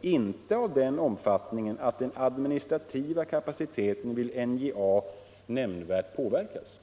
”inte av den omfattningen att den administrativa kapaciteten vid NJA nämnvärt påverkas”.